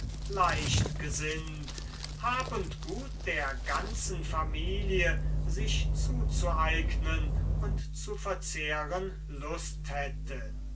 leicht gesinnt hab und gut der ganzen familie sich zuzueignen und zu verzehren lust hätte